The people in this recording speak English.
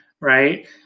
right